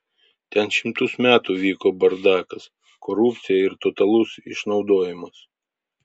ten šimtus metų vyko bardakas korupcija ir totalus išnaudojimas